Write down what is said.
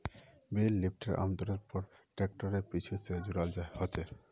बेल lifter आमतौरेर पर ट्रैक्टरेर पीछू स जुराल ह छेक